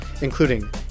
including